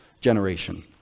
generation